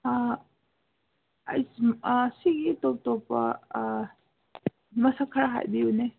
ꯁꯤꯒꯤ ꯇꯣꯞ ꯇꯣꯞꯄ ꯃꯁꯛ ꯈꯔ ꯍꯥꯏꯕꯤꯎꯅꯦ